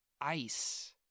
ice